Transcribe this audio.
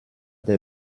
der